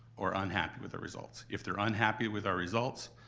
or unhappy with the results. if they're unhappy with our results,